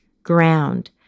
ground